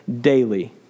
daily